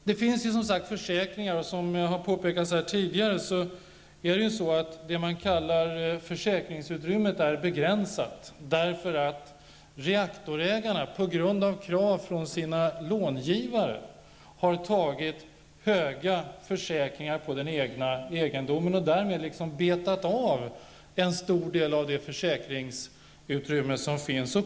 Det finns som sagt försäkringar, och som har påpekats här tidigare är det man kallar försäkringsutrymmet begränsat, eftersom reaktorägarna på grund av krav från sina långivare har tagit höga försäkringar på den egna egendomen. Därmed har man liksom betat av en stor del av det försäkringsutrymme som finns.